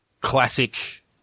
classic